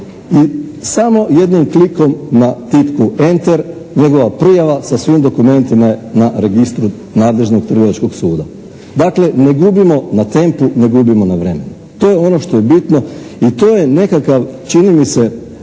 i samo jednim klikom na tipku "enter" njegova prijava sa svim dokumentima je na registru nadležnog trgovačkog suda. Dakle, ne gubimo na tempu, ne gubimo na vremenu. To je ono što je bitno i to je nekakav čini mi se